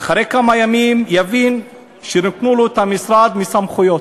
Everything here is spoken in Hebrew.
אחרי כמה ימים השר יבין שרוקנו לו את המשרד מסמכויות,